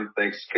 Thanks